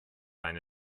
eine